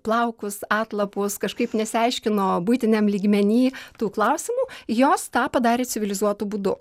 plaukus atlapus kažkaip nesiaiškino buitiniam lygmeny tų klausimų jos tą padarė civilizuotu būdu